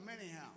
anyhow